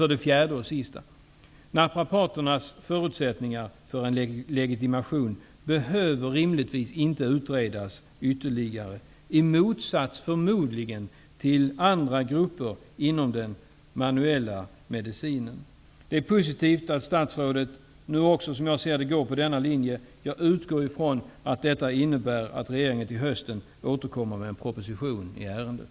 För det fjärde: Naprapaternas förutsättningar för en legitimation behöver rimligtvis inte ytterligare utredas, i motsats -- förmodligen -- till andra grupper inom den manuella medicinen. Det är positivt att också statsrådet är inne på denna linje. Jag utgår ifrån att detta innebär att regeringen till hösten återkommer med en proposition i ärendet.